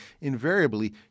invariably